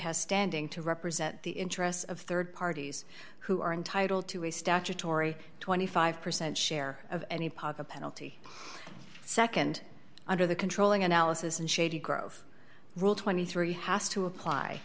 has standing to represent the interests of rd parties who are entitled to a statutory twenty five percent share of any part of penalty nd under the controlling analysis and shady grove rule twenty three has to apply